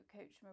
Coach